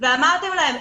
ואמרתם להן,